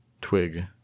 twig